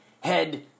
Head